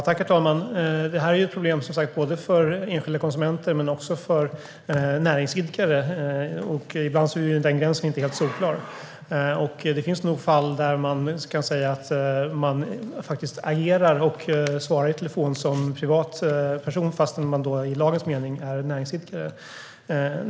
Herr talman! Det här är ett problem för både enskilda konsumenter och för näringsidkare. Ibland är den gränsen inte helt solklar. Det finns nog fall där man agerar och svarar i telefon som privatperson fastän man i lagens mening är näringsidkare.